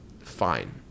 fine